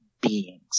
beings